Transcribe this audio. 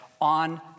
on